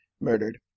murdered